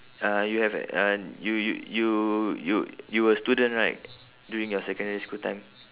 uh you have an you you you you you were student right during your secondary school time